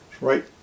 right